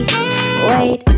Wait